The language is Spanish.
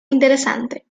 interesante